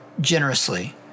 generously